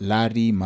Larry